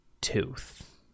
tooth